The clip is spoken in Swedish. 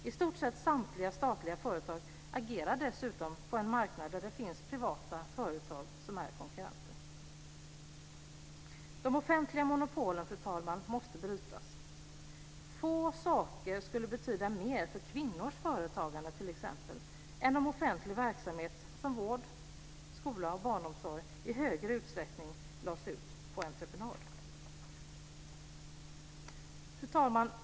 I stort sett samtliga statliga företag agerar dessutom på en marknad där det finns privata företag som är konkurrenter. De offentliga monopolen, fru talman, måste brytas. Få saker skulle betyda mer för t.ex. kvinnors företagande än om offentlig verksamhet som vård, skola och barnomsorg i större utsträckning lades ut på entreprenad. Fru talman!